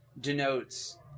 denotes